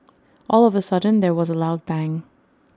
all of A sudden there was A loud bang